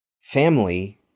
family